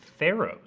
Theros